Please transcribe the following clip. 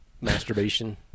masturbation